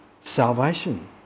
salvation